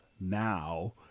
now